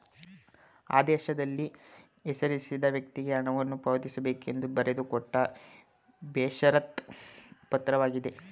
ಆದೇಶದಲ್ಲಿ ಹೆಸರಿಸಿದ ವ್ಯಕ್ತಿಗೆ ಹಣವನ್ನು ಪಾವತಿಸಬೇಕೆಂದು ಬರೆದುಕೊಟ್ಟ ಬೇಷರತ್ ಪತ್ರವಾಗಿದೆ